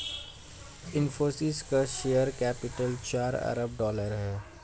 इनफ़ोसिस का share capital चार अरब डॉलर है